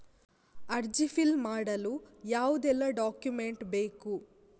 ಅರ್ಜಿ ಫಿಲ್ ಮಾಡಲು ಯಾವುದೆಲ್ಲ ಡಾಕ್ಯುಮೆಂಟ್ ಬೇಕು?